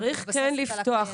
צריך כן לפתוח -- מתבססת על הקיימת.